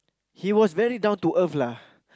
he was very down to earth lah